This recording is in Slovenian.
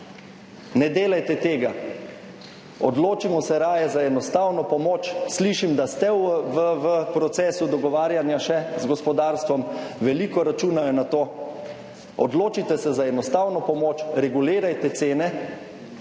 Ne delajte tega, odločimo se raje za enostavno pomoč, slišim, da ste v procesu dogovarjanja še z gospodarstvom, veliko računajo na to. Odločite se za enostavno pomoč, regulirajte cene,